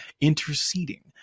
interceding